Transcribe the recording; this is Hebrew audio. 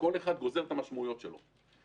גוזר את המשמעויות שלו מתרחיש הייחוס הזה.